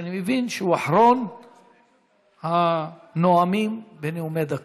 שאני מבין שהוא אחרון הנואמים בנאומים בני דקה.